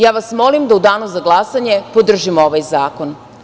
Ja vas molim da u danu za glasanje podržimo ovaj zakon.